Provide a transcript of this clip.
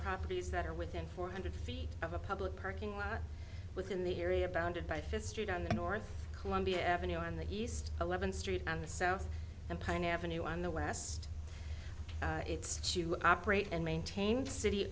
properties that are within four hundred feet of a public parking lot within the area bounded by fifth street on the north columbia avenue on the east eleventh street and the south and pine avenue on the west its to operate and maintain city